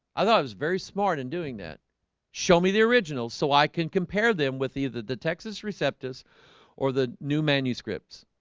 i thought i was very smart in doing that show me the originals so i can compare them with either the texas receptus or the new manuscripts